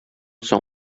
соң